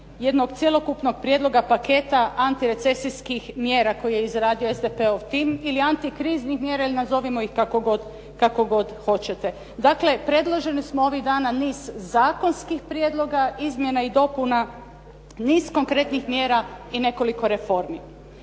jednog cjelokupnog prijedloga paketa antirecesijskih mjera koje je izradio SDP-ov tim ili antikriznih mjera ili nazovimo kako god hoćete. Dakle, predložili smo ovih dana niz zakonskih prijedloga, izmjena i dopuna, niz konkretnih mjera i nekoliko reformi.